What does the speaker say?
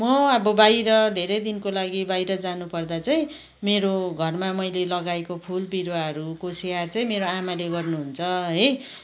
म अब बाहिर धेरै दिनको लागि बाहिर जानु पर्दा चाहिँ मेरो घरमा मैले लगाएको फुल बिरुवाहरूको स्याहार चाहिँ मेरो आमाले गर्नुहुन्छ है